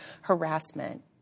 harassment